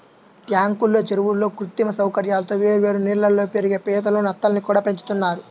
ట్యాంకుల్లో, చెరువుల్లో కృత్రిమ సౌకర్యాలతో వేర్వేరు నీళ్ళల్లో పెరిగే పీతలు, నత్తల్ని కూడా పెంచుతున్నారు